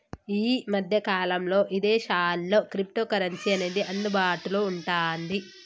యీ మద్దె కాలంలో ఇదేశాల్లో క్రిప్టోకరెన్సీ అనేది అందుబాటులో వుంటాంది